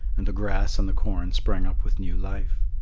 and the grass and the corn sprang up with new life.